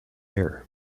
air